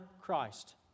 Christ